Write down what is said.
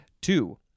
Two